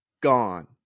Gone